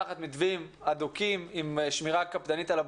תחת מתווים הדוקים עם שמירה קפדנית על הבריאות.